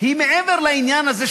מעבר לעניין הזה,